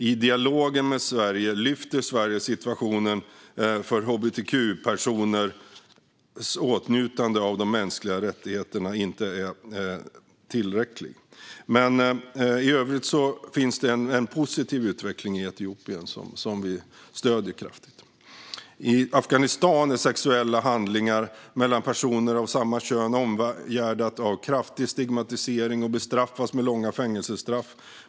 I dialogen med Sverige lyfter regeringen att situationen för hbtq-personers åtnjutande av de mänskliga rättigheterna inte är tillräcklig. Men i övrigt finns en positiv utveckling i Etiopien som vi kraftigt stöder. I Afghanistan är sexuella handlingar mellan personer av samma kön omgärdade av kraftig stigmatisering och bestraffas med långa fängelsestraff.